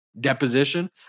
deposition